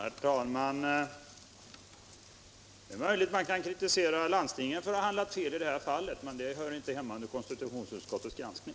Herr talman! Det är möjligt att man kan kritisera landstingen för att de har handlat fel i detta fall. Men det hör inte hemma under konstitutionsutskottets granskning.